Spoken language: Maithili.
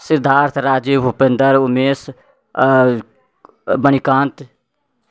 सिद्धार्थ राजीव उपेन्द्र उमेश मणिकान्त